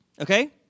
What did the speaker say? Okay